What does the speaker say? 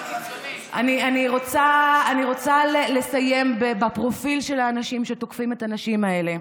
אני רוצה לסיים בפרופיל של האנשים שתוקפים את הנשים האלה.